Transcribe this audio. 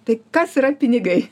tai kas yra pinigai